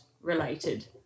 related